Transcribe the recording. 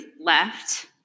left